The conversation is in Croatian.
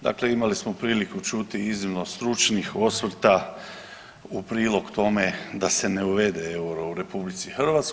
Dakle, imali smo priliku čuti iznimno stručnih osvrta u prilog tome da se ne uvede euro u RH.